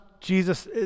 Jesus